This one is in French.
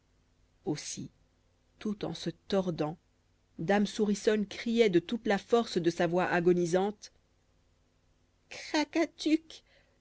aussi tout en se tordant dame souriçonne criait de toute la force de sa voix agonisante